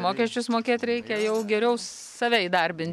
mokesčius mokėt reikia jau geriau save įdarbint